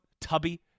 tubby